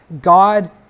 God